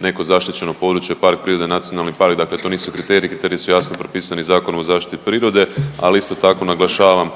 neko zaštićeno područje, park prirode, nacionalni park, dakle to nisu kriteriji, kriteriji su jasno propisani Zakonom o zaštiti prirode, ali isto tako naglašavam